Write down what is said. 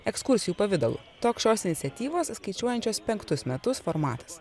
ekskursijų pavidalu toks šios iniciatyvos skaičiuojančios penktus metus formatas